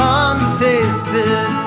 untasted